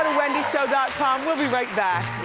ah wendyshow com, we'll be right back.